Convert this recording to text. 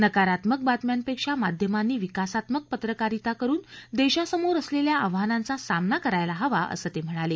नकारात्मक बातम्यांपेक्षा माध्यमांनी विकासात्मक पत्रकारिता करुन देशासमोर असलेल्या आव्हानांचा सामना करायला हवा असंही ते म्हणाले